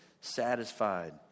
satisfied